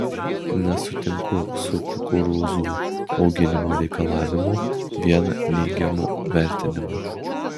nesutinku su kukurūzų auginimo reikalavimo vien neigiamu vertinimu